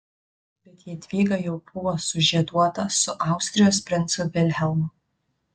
bet jadvyga jau buvo sužieduota su austrijos princu vilhelmu